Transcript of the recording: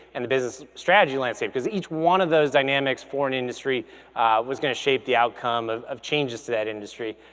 and the business strategy landscape because each one of those dynamics for an industry was gonna shape the outcome of of changes to that industry.